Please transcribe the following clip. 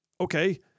Okay